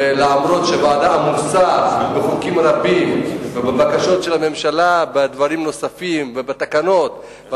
אף שהוועדה עמוסה בחוקים רבים ובבקשות של הממשלה בדברים נוספים ובתקנות,